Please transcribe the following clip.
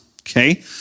Okay